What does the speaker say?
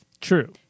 True